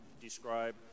describe